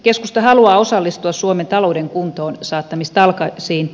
keskusta haluaa osallistua suomen talouden kuntoonsaattamistalkoisiin